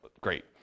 great